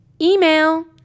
Email